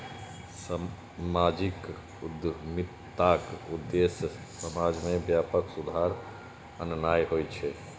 सामाजिक उद्यमिताक उद्देश्य समाज मे व्यापक सुधार आननाय होइ छै